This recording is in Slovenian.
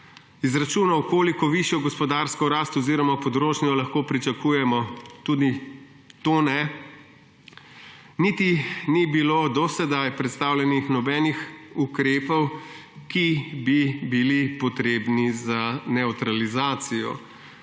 izračunov, koliko višjo gospodarsko rast oziroma potrošnjo lahko pričakujemo, tudi to ne. Niti ni bilo do sedaj predstavljenih nobenih ukrepov, ki bi bili potrebni za nevtralizacijo